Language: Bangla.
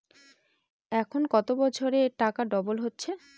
এখন কত বছরে টাকা ডবল হচ্ছে?